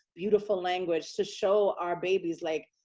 beautiful language to show our babies like,